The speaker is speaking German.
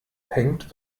hängt